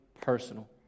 personal